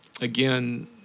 again